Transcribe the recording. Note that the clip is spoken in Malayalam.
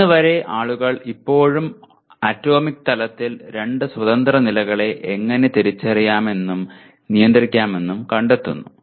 ഇന്ന് വരെ ആളുകൾ ഇപ്പോഴും ആറ്റോമിക് തലത്തിൽ രണ്ട് സ്വതന്ത്ര നിലകളെ എങ്ങനെ തിരിച്ചറിയാമെന്നും നിയന്ത്രിക്കാമെന്നും കണ്ടെത്തുന്നു